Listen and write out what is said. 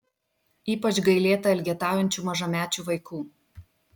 ypač gailėta elgetaujančių mažamečių vaikų